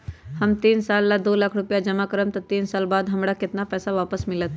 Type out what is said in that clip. हम तीन साल ला दो लाख रूपैया जमा करम त तीन साल बाद हमरा केतना पैसा वापस मिलत?